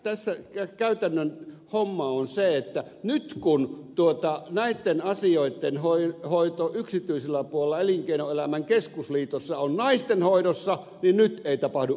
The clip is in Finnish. tässä käytännön homma on se että nyt kun näitten asioitten hoito yksityisellä puolella elinkeinoelämän keskusliitossa on naisten hoidossa niin nyt ei tapahdu